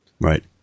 right